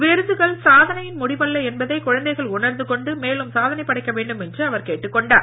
விருதுகள் சாதனையின் முடிவல்ல என்பதை குழந்தைகள் உணர்ந்து கொண்டு மேலும் சாதனை படைக்க வேண்டும் என அவர் கேட்டுக் கொண்டார்